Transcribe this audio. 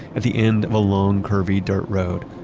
at the end of a long, curvy dirt road,